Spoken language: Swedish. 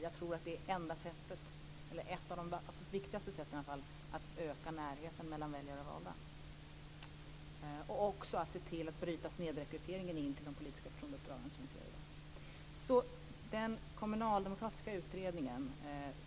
Jag tror att det är ett av de absolut viktigaste sätten att öka närheten mellan väljare och valda och också bryta den snedrekrytering till de politiska förtroendeuppdragen som vi ser i dag.